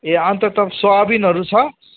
ए अन्त तपाईँको सोयाबिनहरू छ